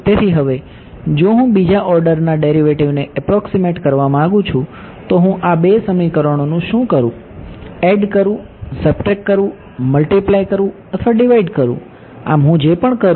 તેથી હવે જો હું બીજા ઓર્ડરના ડેરિવેટિવને એપ્રોક્સીમેટ કરવા માંગુ છું તો હું આ બે સમીકરણોનું શું કરું એડ કરવું સબટ્રેક્ટ કરવું મલ્ટિપ્લાય કરવું અથવા ડિવાઈડ કરું આમ હું જે પણ કરું